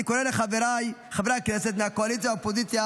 אני קורא לחבריי חברי הכנסת מהקואליציה ומהאופוזיציה